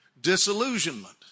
disillusionment